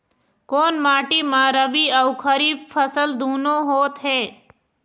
कोन माटी म रबी अऊ खरीफ फसल दूनों होत हे?